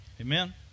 Amen